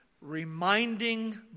reminding